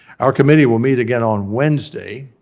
our committee will meet again on wednesday,